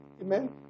Amen